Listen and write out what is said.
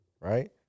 Right